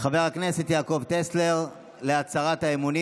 חבר הכנסת יעקב טסלר להצהרת האמונים.